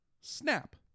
snap